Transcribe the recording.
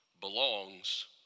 belongs